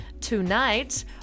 tonight